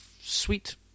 sweet